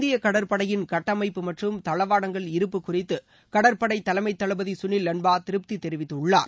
இந்தியக் கடற்படையின் கட்டமைப்பு மற்றும் தளவாடங்கள் இருப்பு குறித்து கடற்படை தலைமை தளபதி சுனில் லம்பா திருப்தி தெரிவித்துள்ளார்